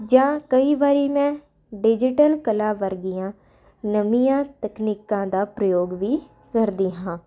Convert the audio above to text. ਜਾਂ ਕਈ ਵਾਰੀ ਮੈਂ ਡਿਜੀਟਲ ਕਲਾ ਵਰਗੀਆਂ ਨਵੀਆਂ ਤਕਨੀਕਾਂ ਦਾ ਪ੍ਰਯੋਗ ਵੀ ਕਰਦੀ ਹਾਂ